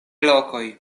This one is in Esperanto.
lokoj